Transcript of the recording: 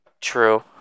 True